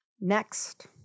next